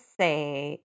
say